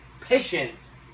Patience